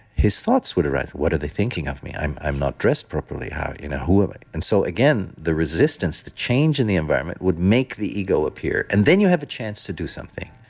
his thoughts would arise. what are they thinking of me? i'm i'm not dressed properly, you know who, um i. and so again, the resistance to change in the environment would make the ego appear and then you have a chance to do something.